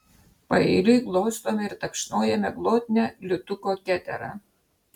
paeiliui glostome ir tapšnojame glotnią liūtuko keterą